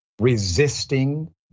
resisting